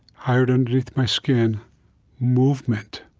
i heard it underneath my skin movement.